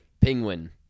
Penguin